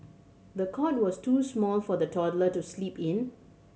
the cot was too small for the toddler to sleep in